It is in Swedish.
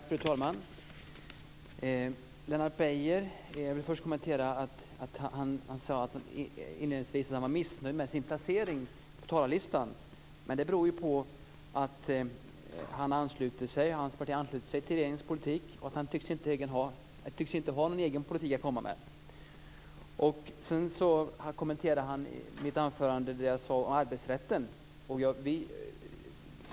Fru talman! Lennart Beijer sade inledningsvis att han var missnöjd med sin placering på talarlistan. Den beror ju på att han och hans parti har anslutit sig till regeringens politik. De tycks inte ha någon egen politik att komma med. Sedan kommenterade Lennart Beijer det jag sade i mitt anförande om arbetsrätten.